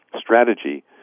strategy